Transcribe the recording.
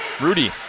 Rudy